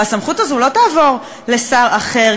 והסמכות הזאת לא תעבור לשר אחר,